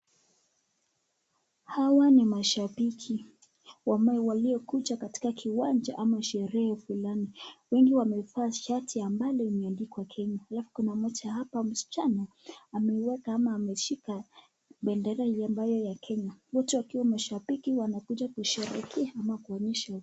Hawa ni mashabiki ambao waliokuja kwenye uwanja au sherehe fulani. Wengi wamevaa shati ambalo limeandikwa Kenya alafu kuna mmoja papa msichana ambaye amaiweka ama ameshika bendera iliyo ya Kenya. Wote wakiwa mashabikia ambao wamekuja kusherehekea.